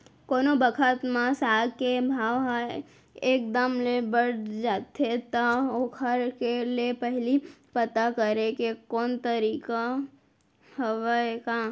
कोनो बखत म साग के भाव ह एक दम ले बढ़ जाथे त ओखर ले पहिली पता करे के कोनो तरीका हवय का?